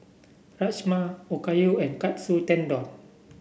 Rajma Okayu and Katsu Tendon